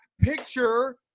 picture